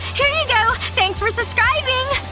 here you go! thanks for subscribing!